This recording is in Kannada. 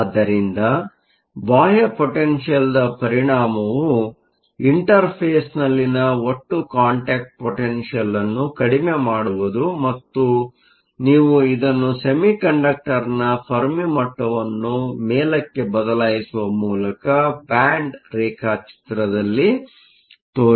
ಆದ್ದರಿಂದ ಬಾಹ್ಯ ಪೊಟೆನ್ಷಿಯಲ್Potentialನ ಪರಿಣಾಮವು ಇಂಟರ್ಫೇಸ್ನಲ್ಲಿನ ಒಟ್ಟು ಕಾಂಟ್ಯಾಕ್ಟ್ ಪೊಟೆನ್ಷಿಯಲ್Contact Potential ಅನ್ನು ಕಡಿಮೆ ಮಾಡುವುದು ಮತ್ತು ನೀವು ಇದನ್ನು ಸೆಮಿಕಂಡಕ್ಟರ್ನ ಫೆರ್ಮಿ ಮಟ್ಟವನ್ನು ಮೇಲಕ್ಕೆ ಬದಲಾಯಿಸುವ ಮೂಲಕ ಬ್ಯಾಂಡ್ ರೇಖಾಚಿತ್ರದಲ್ಲಿ ತೋರಿಸಬಹುದು